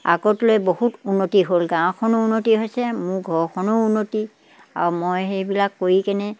আগতলৈ বহুত উন্নতি হ'ল গাঁওখনো উন্নতি হৈছে মোৰ ঘৰখনো উন্নতি আৰু মই সেইবিলাক কৰি কেনে